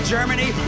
Germany